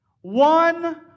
one